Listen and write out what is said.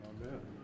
Amen